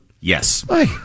Yes